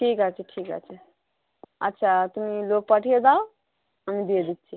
ঠিক আছে ঠিক আছে আচ্ছা তুমি লোক পাঠিয়ে দাও আমি দিয়ে দিচ্ছি